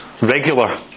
regular